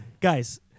Guys